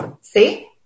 see